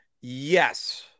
yes